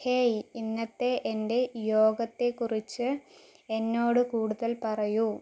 hey ഇന്നത്തെ എന്റെ യോഗത്തെ കുറിച്ച് എന്നോട് കൂടുതൽ പറയൂ